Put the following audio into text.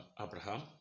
Abraham